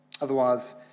Otherwise